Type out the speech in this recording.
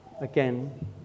again